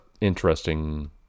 interesting